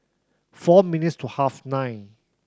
four minutes to half nine